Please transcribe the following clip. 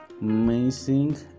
amazing